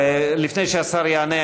לפני שהשר יענה,